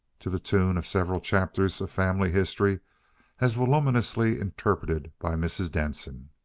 to the tune of several chapters of family history as voluminously interpreted by mrs. denson.